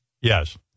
Yes